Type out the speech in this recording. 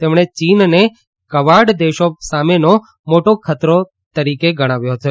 તેમણે ચીનને કવાડ દેશો સામેનો મોટો ખતરો તરીકે ઓળખાવ્યો છે